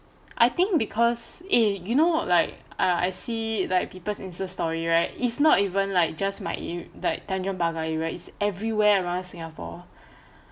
I think because eh you know like I see like people's insta story right is not even like just my area like tanjong pagar area is everywhere around singapore